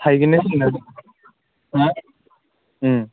हाहैगोनना होनो हा